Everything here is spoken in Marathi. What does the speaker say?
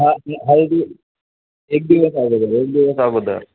हा हा दिव एक दिवस अगोदर एक दिवस अगोदर